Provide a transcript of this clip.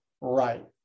right